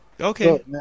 Okay